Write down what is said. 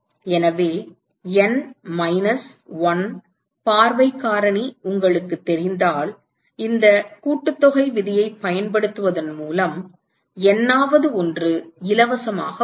எனவே N minus 1 பார்வை காரணி உங்களுக்குத் தெரிந்தால் இந்த கூட்டுத்தொகை விதியைப் பயன்படுத்துவதன் மூலம் N ஆவது ஒன்று இலவசமாக வரும்